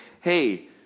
hey